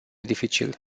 dificil